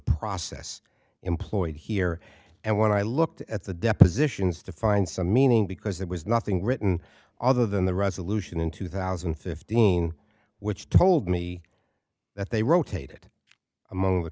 process employed here and when i looked at the depositions to find some meaning because there was nothing written other than the resolution in two thousand and fifteen which told me that they rotated among the